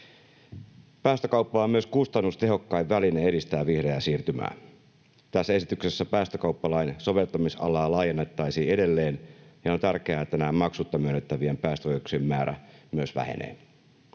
Päästökauppa on myös kustannustehokkain väline edistää vihreää siirtymää. Tässä esityksessä päästökauppalain soveltamisalaa laajennettaisiin edelleen, ja on tärkeää, että näiden maksutta myönnettävien päästöoikeuksien määrä myös vähenee.